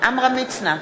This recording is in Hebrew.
עמרם מצנע,